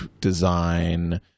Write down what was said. design